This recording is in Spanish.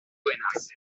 buenas